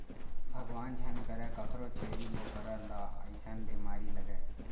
भगवान झन करय कखरो छेरी बोकरा ल अइसन बेमारी लगय